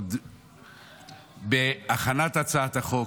עוד בהכנת הצעת החוק.